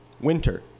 Winter